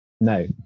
no